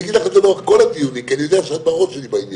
אנחנו יודעים שיש גם הקשרים שיש לנו לגבי דברים שקשורים לוועדת התכנון,